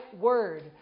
word